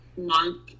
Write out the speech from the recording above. month